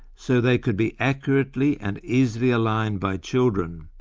so they could be accurately and easily aligned by children,